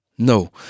No